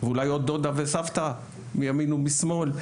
ואולי עוד דודה וסבתא מימין ומשמאל,